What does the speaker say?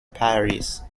paris